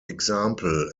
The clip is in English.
example